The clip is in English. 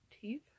Teeth